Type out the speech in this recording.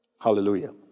Hallelujah